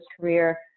career